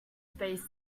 space